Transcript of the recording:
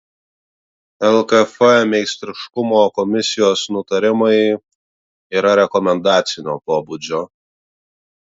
lkf meistriškumo komisijos nutarimai yra rekomendacinio pobūdžio